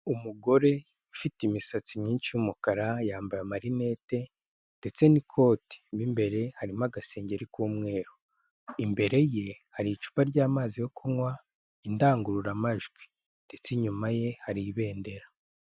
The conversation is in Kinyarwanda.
Umugore ufite imisatsi myinshi y'umukara, yambaye amarinete ndetse n'ikoti, mo imbere harimo agasengeri k'umweru. Imbere ye hari icupa ry'amazi yo kunywa, indangururamajwi ndetse inyuma ye, hari ibendera.